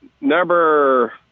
number